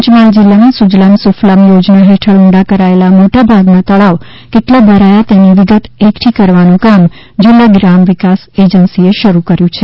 પંચમહાલ જિલ્લામાં સુજલામ સુફલામ યોજના હેઠળ ઊંડા કરાયેલા મોટા ભાગના તળાવ કેટલા ભરાયા તેની વિગત એકઠી કરવાનું કામ જિલ્લા ગ્રામ વિકાસ એજન્સિ એ શરૂ કર્યૂ છે